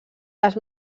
les